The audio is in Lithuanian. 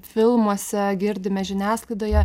filmuose girdime žiniasklaidoje